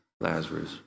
Lazarus